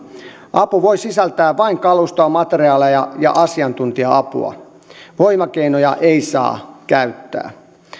apu voi sisältää vain kalustoa materiaaleja ja ja asiantuntija apua voimakeinoja ei saa käyttää